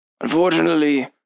Unfortunately